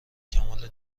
کمال